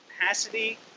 capacity